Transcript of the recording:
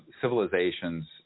civilizations